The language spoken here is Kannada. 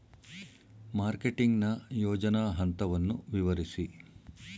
ಮಾರ್ಕೆಟಿಂಗ್ ನ ಯೋಜನಾ ಹಂತವನ್ನು ವಿವರಿಸಿ?